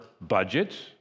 budgets